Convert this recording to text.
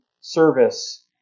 service